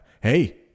Hey